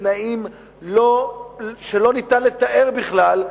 בתנאים שלא ניתן לתאר בכלל,